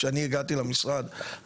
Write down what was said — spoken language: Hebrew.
כשאני הגעתי למשרד ,